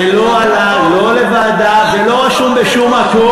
זה לא עלה, לא לוועדה ולא לשום מקום.